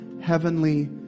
heavenly